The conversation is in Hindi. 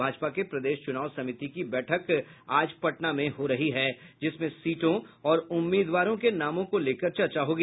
भाजपा के प्रदेश चुनाव समिति की बैठक आज पटना में हो रही है जिसमें सीटों और उम्मीदवारों को नामों को लेकर चर्चा होगी